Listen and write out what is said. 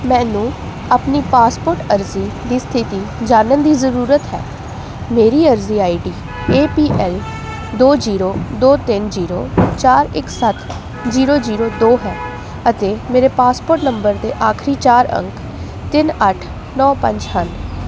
ਮੈਨੂੰ ਆਪਣੀ ਪਾਸਪੋਰਟ ਅਰਜ਼ੀ ਦੀ ਸਥਿਤੀ ਜਾਣਨ ਦੀ ਜ਼ਰੂਰਤ ਹੈ ਮੇਰੀ ਅਰਜ਼ੀ I D A P I ਦੋ ਜੀਰੋ ਦੋ ਤਿੰਨ ਜੀਰੋ ਚਾਰ ਇੱਕ ਸੱਤ ਜੀਰੋ ਜੀਰੋ ਦੋ ਹੈ ਅਤੇ ਮੇਰੇ ਪਾਸਪੋਰਟ ਨੰਬਰ ਦੇ ਆਖਰੀ ਚਾਰ ਅੰਕ ਤਿੰਨ ਅੱਠ ਨੌ ਪੰਜ ਹਨ